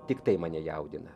tik tai mane jaudina